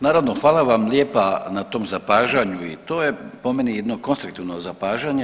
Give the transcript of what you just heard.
Naravno, hvala vam lijepa na tom zapažanju i to je po meni jedno konstruktivno zapažanje.